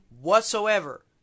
whatsoever